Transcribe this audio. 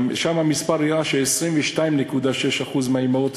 שם המספר הראה ש-22.6% מהאימהות